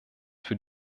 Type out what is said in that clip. für